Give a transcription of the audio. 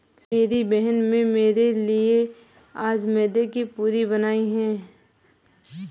मेरी बहन में मेरे लिए आज मैदे की पूरी बनाई है